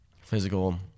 physical